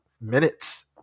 minutes